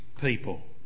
people